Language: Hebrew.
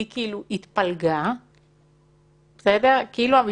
לפי סעיף 43 לחוק-יסוד: הכנסת,